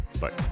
bye